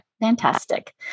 Fantastic